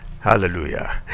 hallelujah